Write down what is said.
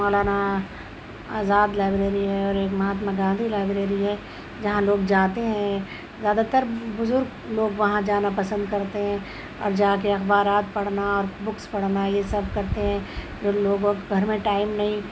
مولانا Azad library ہے اور ایک مہاتما گاندھی لائبریری ہے جہاں لوگ جاتے ہیں زیادہ تر بزرگ لوگ وہاں جانا پسند کرتے ہیں اور جا کے اخبارات پڑھنا اور بکس پڑھنا یہ سب کرتے ہیں ان لوگوں کو گھر میں ٹائم نہیں